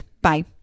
Bye